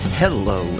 Hello